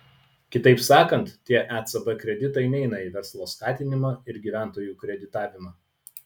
kitaip sakant tie ecb kreditai neina į verslo skatinimą ir gyventojų kreditavimą